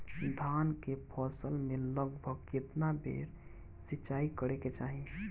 धान के फसल मे लगभग केतना बेर सिचाई करे के चाही?